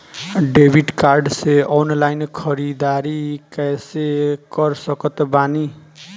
Debit card से online ख़रीदारी कैसे कर सकत बानी?